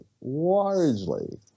largely